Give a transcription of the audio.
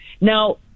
Now